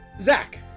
Zach